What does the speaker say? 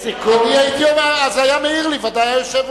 אם אני הייתי, ודאי היה מעיר לי היושב-ראש.